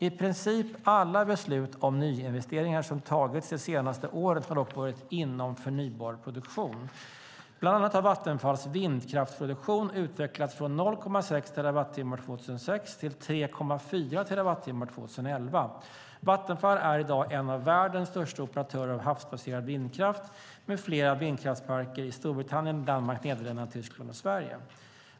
I princip alla beslut om nyinvesteringar som fattats de senaste åren har dock varit inom förnybar produktion. Bland annat har Vattenfalls vindkraftsproduktion utvecklats från 0,6 terawattimmar 2006 till 3,4 terawattimmar 2011. Vattenfall är i dag en av världens största operatörer av havsbaserad vindkraft, med flera vindkraftsparker i Storbritannien, Danmark, Nederländerna, Tyskland och Sverige.